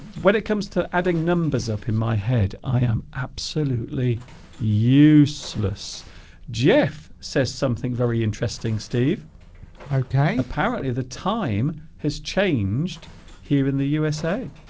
when it comes to adding numbers up in my head i am absolutely useless jeff says something very interesting steve okay apparently the time has changed here in the usa